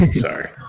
sorry